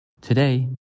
Today